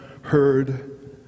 heard